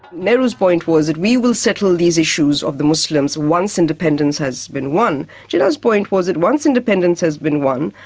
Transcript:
nehru's point was we will settle these issues of the muslims once independence has been won. jinnah's point was that once independence has been won,